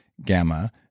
gamma